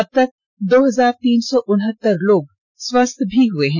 अब तक दो हजार तीन सौ उन्हत्तर लोग स्वस्थ हो चुके हैं